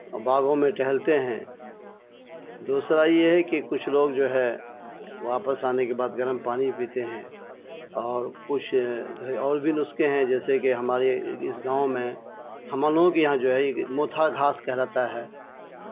باغوں میں ٹہلتے ہیں دوسرا یہ ہے کہ کچھ لوگ جو ہے واپس آنے کے بعد گرم پانی بھی پیتے ہیں اور کچھ گھر اور بھی نسخے ہیں جیسے کہ ہمارے اس گاؤں میں ہم لوگوں کے یہاں جو ہے یہ موتھا گھاس کہلاتا ہے